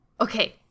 Okay